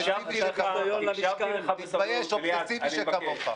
אובססיבי שכמוך.